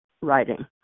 writing